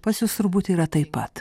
pas jus turbūt yra taip pat